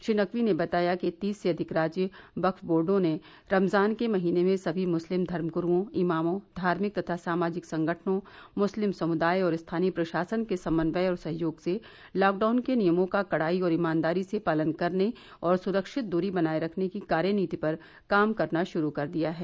श्री नकवी ने बताया कि तीस से अधिक राज्य वक्क बोर्डो ने रमजान के महीने में सभी मुस्लिम धर्म गुरूओं इमामों धार्मिक तथा सामाजिक संगठनों मुस्लिम समुदाय और स्थानीय प्रशासन के समन्वय और सहयोग से लॉकडाउन के नियमों का कडाई और ईमानदारी से पालन करने और स्रक्षित दूरी बनाए रखने की कार्यनीति पर काम शुरू कर दिया है